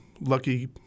Lucky